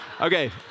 Okay